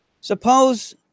Suppose